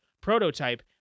prototype